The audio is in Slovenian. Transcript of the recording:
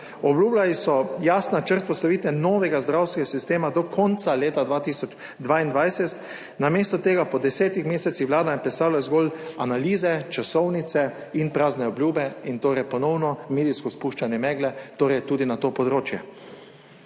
Obljubljali so jasen načrt vzpostavitve novega zdravstvenega sistema do konca leta 2022, namesto tega po desetih mesecih Vlada predstavlja zgolj analize, časovnice in prazne obljube in torej ponovno medijsko spuščanje megle tudi na to področje.